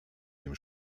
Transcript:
dem